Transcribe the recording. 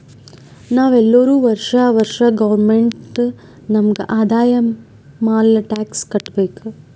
ನಾವ್ ಎಲ್ಲೋರು ವರ್ಷಾ ವರ್ಷಾ ಗೌರ್ಮೆಂಟ್ಗ ನಮ್ ಆದಾಯ ಮ್ಯಾಲ ಟ್ಯಾಕ್ಸ್ ಕಟ್ಟಬೇಕ್